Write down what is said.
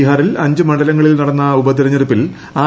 ബീഹാറിൽ അഞ്ച് മണ്ഡലങ്ങളിൽ നടന്ന ഉപതെരഞ്ഞെടുപ്പിൽ ആർ